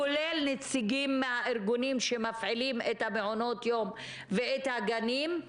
כולל נציגים מהארגונים שמפעילים את מעונות היום ואת הגנים,